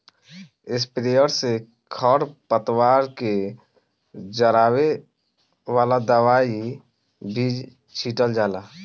sprayer से खर पतवार के जरावे वाला दवाई भी छीटल जाला